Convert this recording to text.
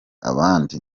abandi